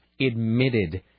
admitted –